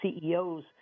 CEOs